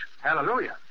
Hallelujah